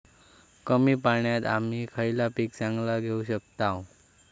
कमी पाण्यात आम्ही खयला पीक चांगला घेव शकताव?